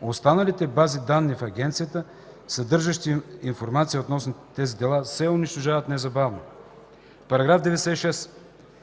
Останалите бази данни в агенцията, съдържащи информация относно тези дела, се унищожават незабавно. § 96.